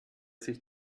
sich